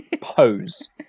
pose